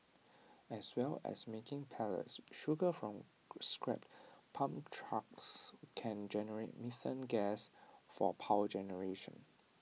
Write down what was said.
as well as making pellets sugar from scrapped palm trunks can generate methane gas for power generation